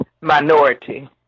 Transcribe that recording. minority